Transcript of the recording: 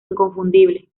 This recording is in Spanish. inconfundible